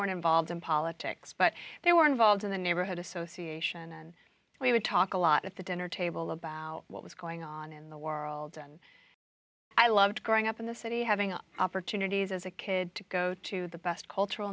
weren't involved in politics but they were involved in the neighborhood association and we would talk a lot at the dinner table about what was going on in the world and i loved growing up in the city having opportunities as a kid to go to the best cultural